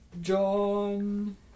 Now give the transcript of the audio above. John